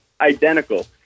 identical